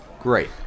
Great